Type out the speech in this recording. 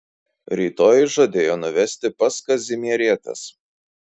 rytoj žadėjo nuvesti pas kazimierietes